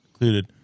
included